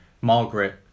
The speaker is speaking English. Margaret